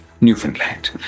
Newfoundland